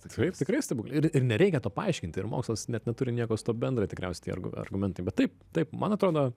taip tikrai stebukli ir ir nereikia to paaiškinti ir mokslas net neturi nieko su tuo bendra tikriausiai tie argu argumentai bet taip taip man atrodo